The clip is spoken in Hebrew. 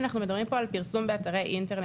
אנחנו מדברים פה על פרסום באתרי אינטרנט,